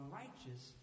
righteous